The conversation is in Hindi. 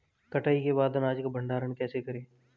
कटाई के बाद अनाज का भंडारण कैसे करें?